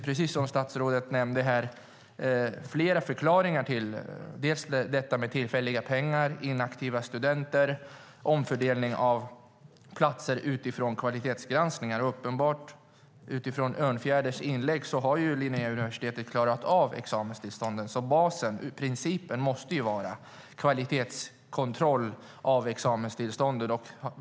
Precis som statsrådet nämnde finns det flera förklaringar: tillfälliga pengar, inaktiva studenter och omfördelning av platser utifrån kvalitetsgranskningar. Av Örnfjäders inlägg att döma har Linnéuniversitetet uppenbart klarat av examenstillstånden. Basen, principen, måste vara kvalitetskontroll av examenstillstånden.